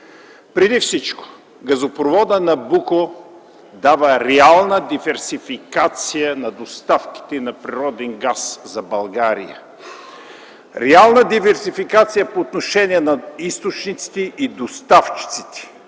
Преди всичко газопроводът „Набуко” дава реална диверсификация на доставките на природен газ за България. Реална диверсификация по отношение на източниците и доставчиците